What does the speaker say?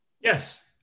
yes